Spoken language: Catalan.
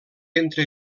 entre